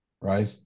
right